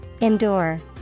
Endure